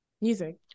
music